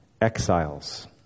exiles